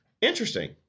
interesting